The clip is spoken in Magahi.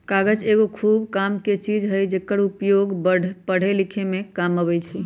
कागज एगो खूब कामके चीज हइ जेकर उपयोग पढ़े लिखे में काम अबइ छइ